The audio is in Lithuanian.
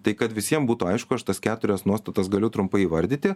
tai kad visiem būtų aišku aš tas keturias nuostatas galiu trumpai įvardyti